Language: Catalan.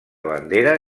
bandera